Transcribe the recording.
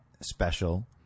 special